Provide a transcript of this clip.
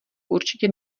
určitě